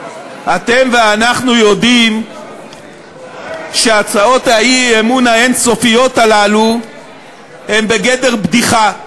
אתם ואנחנו יודעים שהצעות האי-אמון האין-סופיות הללו הן בגדר בדיחה,